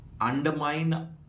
undermine